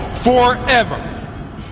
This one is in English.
Forever